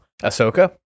Ahsoka